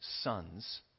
sons